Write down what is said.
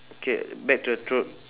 K back to the road